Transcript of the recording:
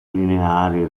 lineari